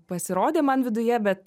pasirodė man viduje bet